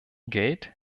geld